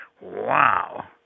wow